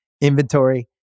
inventory